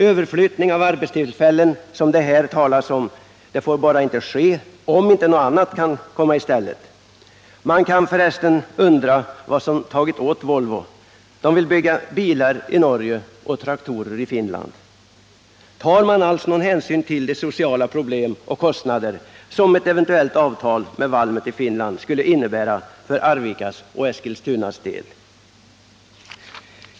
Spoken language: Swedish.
Överflyttning av arbetstillfällen, som det här talats om, får bara inte ske om inte något annat kommer i stället. Man kan förresten undra vad som tagit åt Volvo. Man vill bygga bilar i Norge och traktorer i Finland. Tar man alls någon hänsyn till de sociala problem och de kostnader som ett eventuellt avtal med Valmet i Finland skulle innebära för Arvikas och Eskilstunas del?